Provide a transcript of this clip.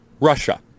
russia